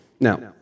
Now